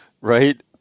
right